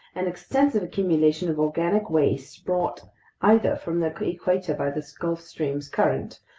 an extensive accumulation of organic waste brought either from the equator by the gulf stream's current,